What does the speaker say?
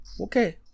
Okay